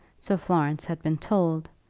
so florence had been told,